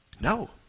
No